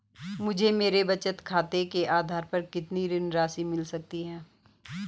मुझे मेरे बचत खाते के आधार पर कितनी ऋण राशि मिल सकती है?